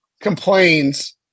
complains –